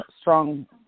strong